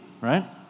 right